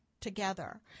together